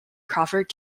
crawford